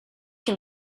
can